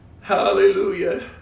Hallelujah